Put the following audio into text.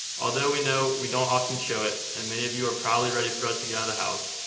although we know we don't often show it, and many of you are probably ready for us to get out of the house,